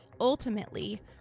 Ultimately